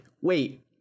Wait